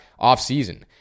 offseason